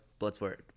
Bloodsport